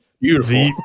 beautiful